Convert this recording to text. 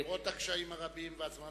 למרות הקשיים הרבים, הזמן